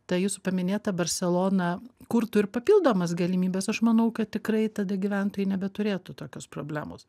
ta jūsų paminėta barselona kurtų ir papildomas galimybes aš manau kad tikrai tada gyventojai nebeturėtų tokios problemos